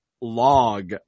log